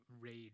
rage